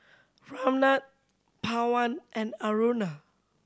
Ramnath Pawan and Aruna